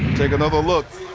another look.